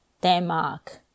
Denmark